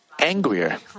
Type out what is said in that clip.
angrier